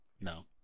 No